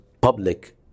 public